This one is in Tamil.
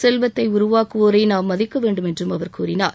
செல்வத்தை உருவாக்குவோரை நாம் மதிக்க வேண்டும் என்றும் அவர் கூறினார்